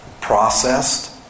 processed